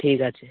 ঠিক আছে